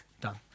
done